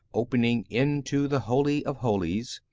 opening into the holy of holies,